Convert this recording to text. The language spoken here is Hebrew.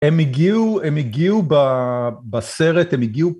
הם הגיעו, הם הגיעו בסרט, הם הגיעו...